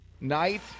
night